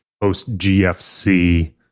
post-GFC